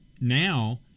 now